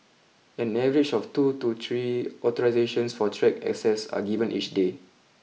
an average of two to three authorisations for track access are given each day